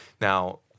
Now